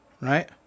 right